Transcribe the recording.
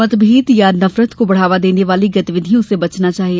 मतभेद या नफरत को बढ़ावा देने वाली गतिविधियों से बचना चाहिए